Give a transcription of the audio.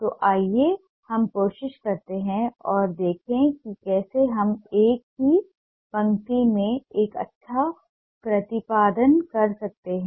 तो आइए हम कोशिश करते हैं और देखें कि कैसे हम एक ही पंक्ति में एक अच्छा प्रतिपादन कर सकते हैं